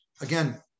again